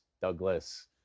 douglas